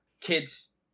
kids